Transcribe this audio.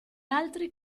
altri